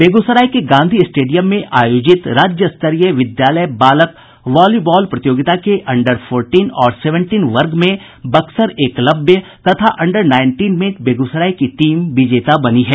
बेगूसराय के गांधी स्टेडियम में आयोजित राज्य स्तरीय विद्यालय बालक वॉलीबॉल प्रतियोगिता के अंडर फोर्टीन और सेवेंटीन वर्ग में बक्सर एकलव्य तथा अंडर नाईनटीन में बेगूसराय की टीम विजेता बनी है